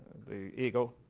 the eagle.